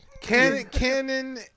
Canon